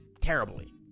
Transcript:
terribly